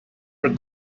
her